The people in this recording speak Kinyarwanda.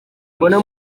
mbona